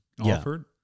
offered